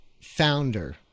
founder